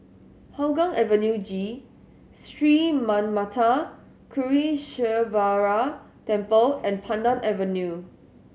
Hougang Avenue G Sri Manmatha Karuneshvarar Temple and Pandan Avenue